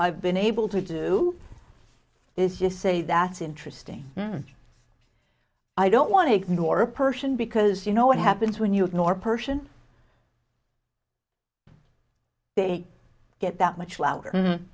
i've been able to do is just say that's interesting i don't want to ignore a person because you know what happens when you ignore person they get that much louder